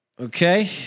Okay